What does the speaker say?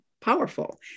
powerful